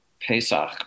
Pesach